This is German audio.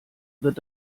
wird